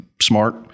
smart